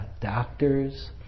doctors